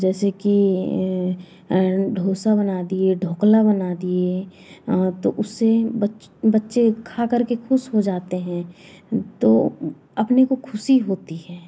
जैसे कि दोसा बना दिए ढोकला बना दिए तो उससे बच्चे खाकर के खुश हो जाते हैं तो अपने को खुशी होती है